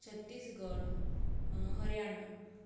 Chhattisgarh Haryana